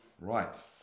Right